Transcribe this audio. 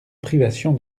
privation